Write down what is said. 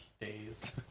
days